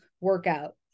workout